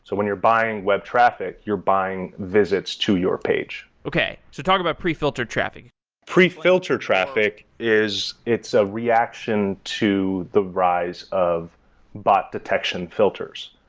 so when you're buying web traffic, you're buying visits to your page. okay. talk about pre-filtered traffic pre-filtered traffic is it's a reaction to the rise of bot detection filters.